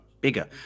bigger